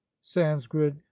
Sanskrit